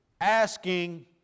asking